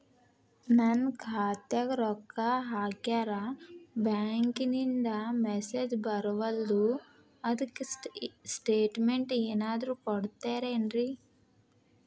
ನನ್ ಖಾತ್ಯಾಗ ರೊಕ್ಕಾ ಹಾಕ್ಯಾರ ಬ್ಯಾಂಕಿಂದ ಮೆಸೇಜ್ ಬರವಲ್ದು ಅದ್ಕ ಸ್ಟೇಟ್ಮೆಂಟ್ ಏನಾದ್ರು ಕೊಡ್ತೇರೆನ್ರಿ?